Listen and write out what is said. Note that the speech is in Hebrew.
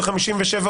של 57,